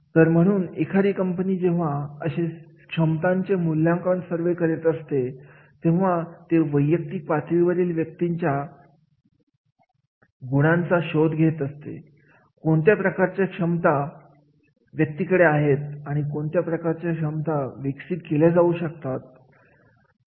तर म्हणून एखादी कंपनी जेव्हा क्षमतांचे मूल्यांकनाचे सर्वेक्षण करीत असते तेव्हा ते वैयक्तिक पातळीवरील व्यक्तींच्या मुलांचा शोध घेत असते कोणत्या प्रकारच्या क्षमता व्यक्तींकडे आहेत आणि कोणत्या क्षमता विकसित केल्या जाऊ शकतात